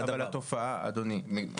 אבל התופעה אדוני,